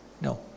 No